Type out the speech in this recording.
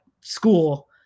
school